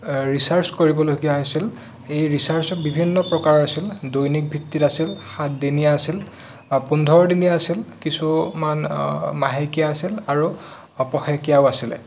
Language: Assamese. ৰিচাৰ্জ কৰিবলগীয়া হৈছিল এই ৰিচাৰ্জ বিভিন্ন প্ৰকাৰৰ আছিল দৈনিকভিত্তিত আছিল সাতদিনীয়া আছিল পোন্ধৰদিনীয়া আছিল কিছুমান মাহেকীয়া আছিল আৰু পষেকীয়াও আছিলে